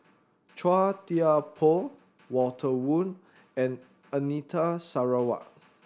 Chua Thian Poh Walter Woon and Anita Sarawak